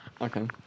Okay